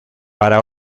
para